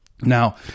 Now